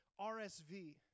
RSV